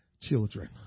children